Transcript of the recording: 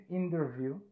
interview